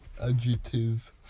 adjective